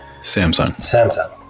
Samsung